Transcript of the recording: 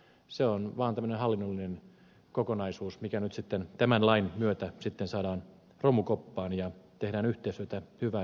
se on ollut vaan tämmöinen hallinnollinen kokonaisuus joka nyt sitten tämän lain myötä sitten saadaan romukoppaan ja tehdään yhteistyötä hyvää sellaista